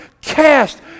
cast